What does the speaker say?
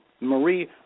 Marie